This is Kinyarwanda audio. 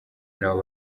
naho